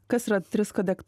kas yra trisko